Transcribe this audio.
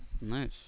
Nice